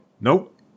Nope